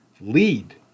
lead